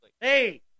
Hey